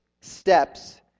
steps